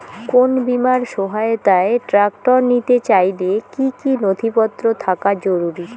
কোন বিমার সহায়তায় ট্রাক্টর নিতে চাইলে কী কী নথিপত্র থাকা জরুরি?